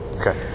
Okay